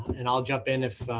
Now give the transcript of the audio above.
and i'll jump in if